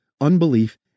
unbelief